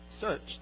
searched